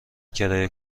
کرایه